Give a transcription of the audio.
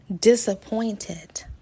disappointed